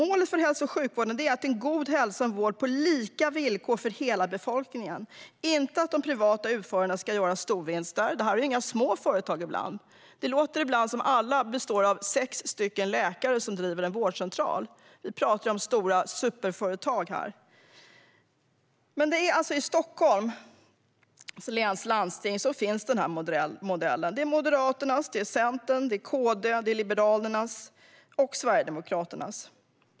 Målet för hälso och sjukvården är god hälsa och vård på lika villkor för hela befolkningen - inte att de privata utförarna ska göra storvinster. Ibland handlar det ju knappast om några små företag. Det låter ibland som att alla består av sex läkare som driver en vårdcentral, men här pratar vi om stora superföretag. I Stockholms läns landsting finns denna modell, som är Moderaternas, Centerns, KD:s Liberalernas och Sverigedemokraternas.